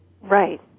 Right